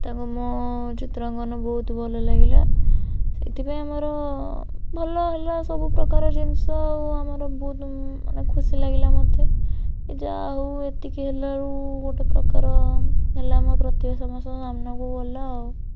ତାଙ୍କୁ ମୋ ଚିତ୍ରାଙ୍କନ ବହୁତ ଭଲ ଲାଗିଲା ସେଇଥିପାଇଁ ଆମର ଭଲ ହେଲା ସବୁ ପ୍ରକାର ଜିନିଷ ଆଉ ଆମର ବହୁତ ମାନେ ଖୁସି ଲାଗିଲା ମୋତେ ଯାହା ହଉ ଏତିକି ହେଲେ ଗୋଟେ ପ୍ରକାର ହେଲା ମୋ ପ୍ରତିଭା ସମସ୍ତଙ୍କ ସାମ୍ନାକୁ ଗଲା ଆଉ